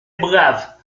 braves